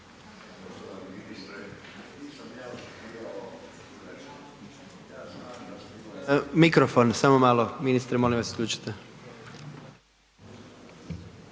Mikrofon, samo malo, ministre, molim vas, isključite./...